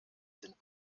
sind